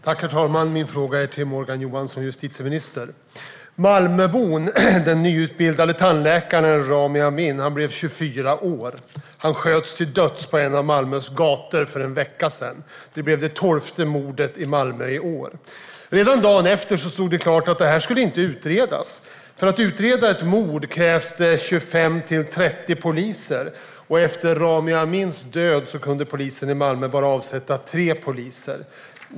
Herr talman! Jag riktar min fråga till justitieminister Morgan Johansson. Malmöbon och den nyutbildade tandläkaren Rami Amin blev 24 år. Han sköts till döds på en av Malmös gator för en vecka sedan. Det blev det tolfte mordet i Malmö i år. Redan dagen efter stod det klart att detta inte skulle utredas. För att utreda ett mord krävs 25-30 poliser, och efter Rami Amins död kunde polisen i Malmö bara avsätta tre poliser.